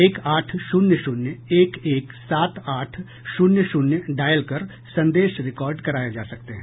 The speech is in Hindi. एक आठ शून्य शून्य एक एक सात आठ शून्य शून्य डायल कर संदेश रिकॉर्ड कराए जा सकते हैं